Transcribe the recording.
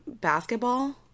Basketball